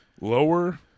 lower